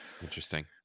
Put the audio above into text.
interesting